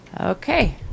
okay